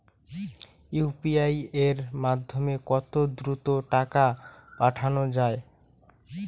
UPI এর মাধ্যমে কত দ্রুত টাকা পাঠানো যায়?